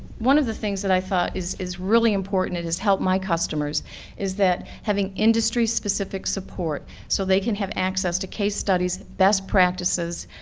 one of the things that i thought is is really important that has helped my customers is that having industry-specific support so they can have access to case studies, best practices,